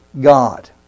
God